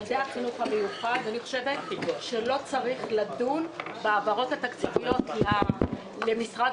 אני חושבת שלא צריך לדון בהעברות התקציביות למשרד